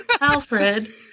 Alfred